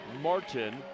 Martin